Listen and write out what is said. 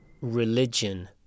Religion